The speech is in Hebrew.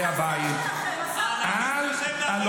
הבית -- האנרכיסט היחיד פה זה השר שלכם.